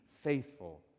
Faithful